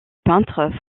peintre